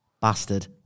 bastard